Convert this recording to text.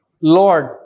Lord